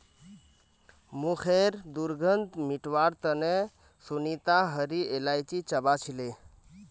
मुँहखैर दुर्गंध मिटवार तने सुनीता हरी इलायची चबा छीले